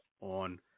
on